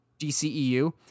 dceu